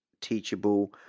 Teachable